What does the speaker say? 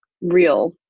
real